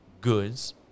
goods